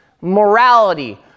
morality